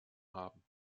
haben